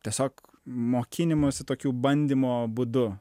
tiesiog mokinimosi tokiu bandymo būdu